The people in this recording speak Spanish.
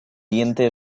diente